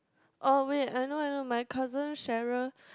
oh wait I know I know my cousin Sharon